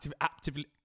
actively